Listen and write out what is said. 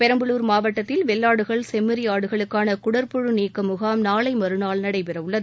பெரம்பலூர் மாவட்டத்தில் வெள்ளாடுகள் செம்மறி ஆடுகளுக்கான குடற்பழு நீக்க முகாம் நாளைமறுநாள் நடைபெறவுள்ளது